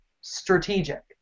strategic